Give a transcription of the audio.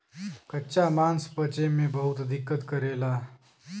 कच्चा मांस पचे में बहुत दिक्कत करेला